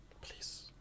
Please